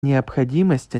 необходимость